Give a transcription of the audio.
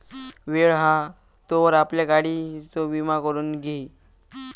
वेळ हा तोवर आपल्या गाडियेचो विमा करून घी